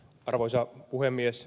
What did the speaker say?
arvoisa puhemies